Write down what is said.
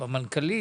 במנכ"לית,